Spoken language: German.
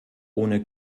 ohne